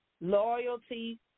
loyalty